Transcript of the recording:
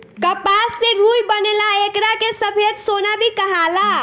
कपास से रुई बनेला एकरा के सफ़ेद सोना भी कहाला